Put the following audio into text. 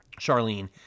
Charlene